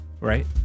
right